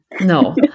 No